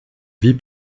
vie